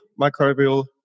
microbial